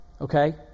Okay